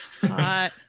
Hot